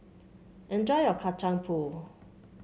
enjoy your Kacang Pool